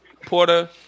Porter